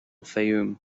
fayoum